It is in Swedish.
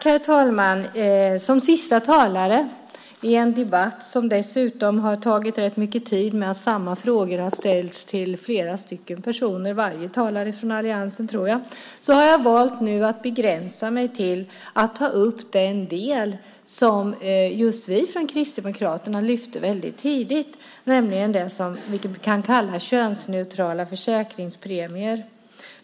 Herr talman! Jag är sista talare i en debatt som dessutom har tagit rätt lång tid i och med att samma frågor har ställts till flera personer, till varje talare från alliansen, tror jag. Jag har valt att nu begränsa mig till att ta upp det som just vi från Kristdemokraterna lyfte upp väldigt tidigt, nämligen det som vi kan kalla könsneutrala försäkringspremier.